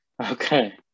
Okay